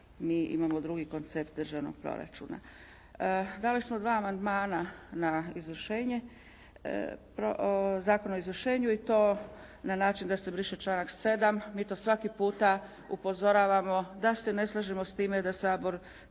mi imamo drugi koncept državnog proračuna. Dali smo dva amandmana na izvršenje, Zakon o izvršenju i to na način da se briše članak 7. mi to svaki puta upozoravamo da se ne slažemo s time da Sabor